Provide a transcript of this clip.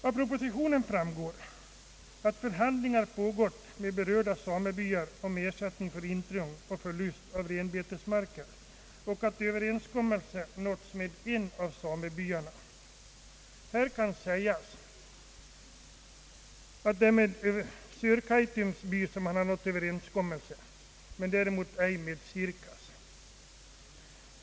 Av propositionen framgår att underhandlingar förts med berörda samebyar om ersättning för intrång och förlust av renbetesmarker samt att överenskommelse nåtts med Sörkaitums by, däremot inte med Sirkas.